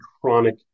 chronic